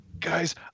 guys